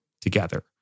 together